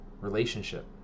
relationship